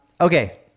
okay